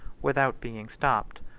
without being stopped,